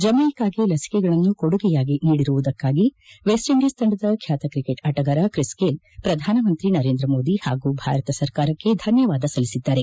ಜಮೈಕಾಗೆ ಲಸಿಕೆಗಳನ್ನು ಕೊಡುಗೆಯಾಗಿ ನೀಡಿರುವುದಕ್ಕಾಗಿ ವೆಸ್ಟ್ ಇಂಡಿಸ್ ತಂಡದ ಖ್ಯಾತ ಕ್ರಿಕೆಟ್ ಅಟಗಾರ ಕ್ರಿಸ್ ಗೈಲ್ ಪ್ರಧಾನಮಂತ್ರಿ ನರೇಂದ್ರ ಮೋದಿ ಹಾಗೂ ಭಾರತ ಸರ್ಕಾರಕ್ಕೆ ಧನ್ಯವಾದ ಸಲ್ಲಿಸಿದ್ದಾರೆ